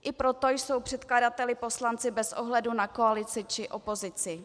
I proto jsou předkladateli poslanci bez ohledu na koalici či opozici.